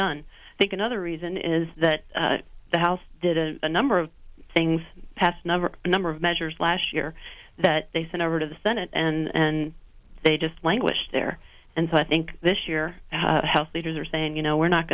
done i think another reason is that the house did a number of things past number number of measures last year that they sent over to the senate and they just languished there and so i think this year health leaders are saying you know we're not